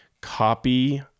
copy